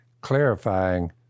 clarifying